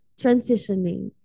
transitioning